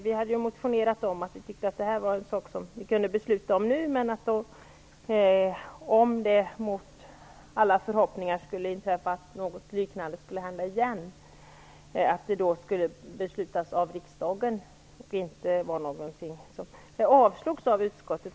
Vi tyckte att detta var en sak som vi kunde besluta om nu, men att om det mot alla förhoppningar skulle inträffa något liknande igen skulle riksdagen fatta beslutet. Det avstyrktes av utskottet.